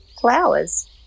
flowers